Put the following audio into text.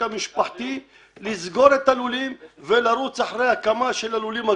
המשפחתי לסגור את הלולים ולרוץ אחרי הקמה של הלולים הגדולים,